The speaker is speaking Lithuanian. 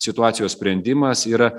situacijos sprendimas yra